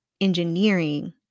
engineering